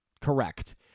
Correct